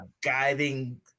guiding